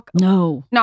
No